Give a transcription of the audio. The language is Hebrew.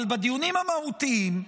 אבל בדיונים המהותיים,